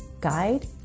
guide